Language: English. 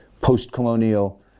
post-colonial